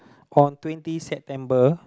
on twenty September